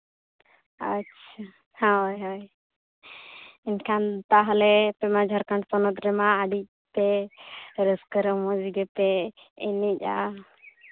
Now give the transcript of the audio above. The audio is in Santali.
ᱟᱪᱪᱷᱟ ᱦᱳᱭ ᱦᱳᱭ ᱮᱱᱠᱷᱟᱱ ᱛᱟᱦᱚᱞᱮ ᱛᱳᱢᱟᱨ ᱡᱷᱟᱲᱠᱷᱚᱸᱰ ᱯᱚᱱᱚᱛ ᱨᱮᱢᱟ ᱟᱹᱰᱤ ᱛᱮ ᱨᱟᱹᱥᱠᱟᱹ ᱨᱚᱢᱚᱡᱽ ᱜᱮᱯᱮ ᱮᱱᱮᱡᱼᱟ